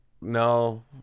no